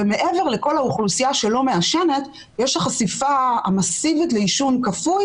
ומעבר לכל האוכלוסייה שלא מעשנת יש את החשיפה המסיבית לעישון כפוי